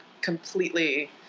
completely